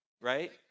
Right